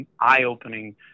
eye-opening